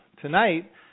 Tonight